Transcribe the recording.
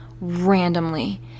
randomly